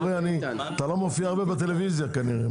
אתה רואה, אתה לא מופיע הרבה בטלוויזיה כנראה.